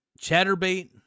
Chatterbait